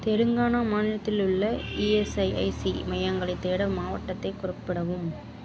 தெலுங்கானா மாநிலத்தில் உள்ள இஎஸ்ஐசி மையங்களைத் தேட மாவட்டத்தைக் குறிப்பிடவும்